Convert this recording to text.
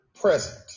present